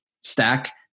stack